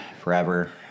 forever